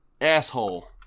Asshole